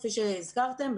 כפי שהזכרתם,